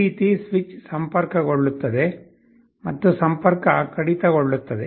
ಈ ರೀತಿ ಸ್ವಿಚ್ ಸಂಪರ್ಕಗೊಳ್ಳುತ್ತದೆ ಮತ್ತು ಸಂಪರ್ಕ ಕಡಿತಗೊಳ್ಳುತ್ತದೆ